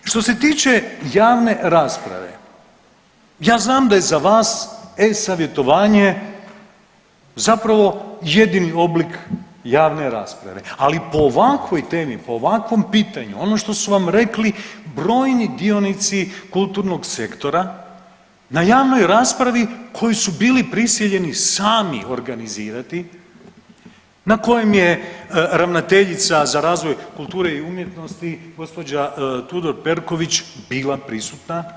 Što se tiče javne rasprave, ja znam da je za vas e-Savjetovanje zapravo jedini oblik javne rasprave, ali po ovakvoj temi, po ovakvom pitanju ono što su vam rekli brojni dionici kulturnog sektora na javnoj raspravi koju su bili prisiljeni sami organizirati, na kojem je ravnateljica za razvoj kulture i umjetnosti gospođa Tudor Perkovića bila prisutna.